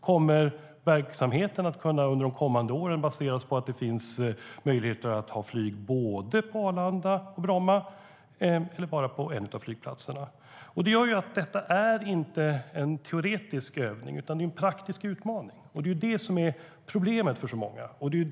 Kommer verksamheten under de kommande åren att baseras på att det finns möjligheter att ha flyg på både Bromma och Arlanda eller på bara en av flygplatserna? Detta är inte en teoretisk övning utan en praktisk utmaning. Det är detta som är problemet för så många.